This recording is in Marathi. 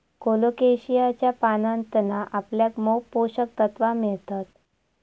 कोलोकेशियाच्या पानांतना आपल्याक मोप पोषक तत्त्वा मिळतत